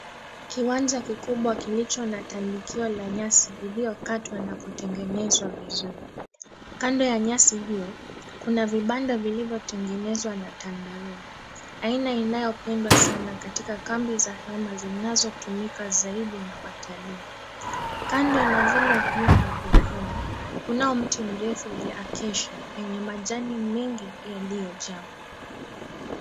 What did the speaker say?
Kiwanja kikubwa kilicho na tandikio la nyasi iliyokatwa na kutengenezwa vizuri. Kando ya nyasi hiyo, kuna vibanda vilivyo tengenezwa na tandarua, aina inayopendwa sana katika kambi za hema zinazotumika zaidi na watalii. Kando na zile vyumba vya hema, kunao mti mrefu vya Accacia yenye majani mengi yaliyojaa.